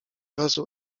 razu